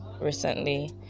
recently